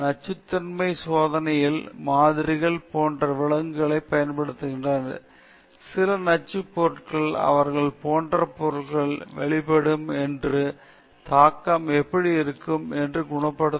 நச்சுத்தன்மையின் சோதனைகளில் மாதிரிகள் போன்ற விலங்குகளைப் பயன்படுத்துதல் சில நச்சு பொருட்கள் அவர்கள் போன்ற பொருட்கள் வெளிப்படும் என்றால் என்ன தாக்கம் மற்றும் எப்படி அவர்கள் குணப்படுத்த முடியும் இவை அனைத்தும் ஆய்வு செய்யப்பட வேண்டும் ஏனெனில் அந்த விலங்குகள் பயன்படுத்தப்படுகின்றன